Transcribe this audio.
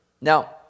Now